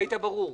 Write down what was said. היית ברור.